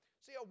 See